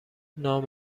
نام